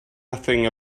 nothing